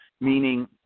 meaning